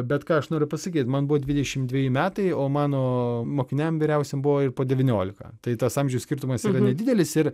bet ką aš noriu pasakyt man buvo dvidešimt dveji metai o mano mokiniam vyriausiem buvo ir po devyniolika tai tas amžiaus skirtumas yra nedidelis ir